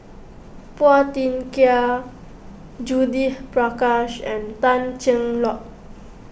Phua Thin Kiay Judith Prakash and Tan Cheng Lock